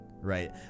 right